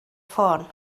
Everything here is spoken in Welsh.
ffôn